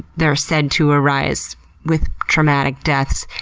they're said to arise with traumatic deaths.